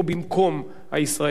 אבל לא לזה כיוון ז'בוטינסקי.